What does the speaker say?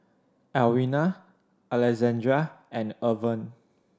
Alwina Alexandria and Irven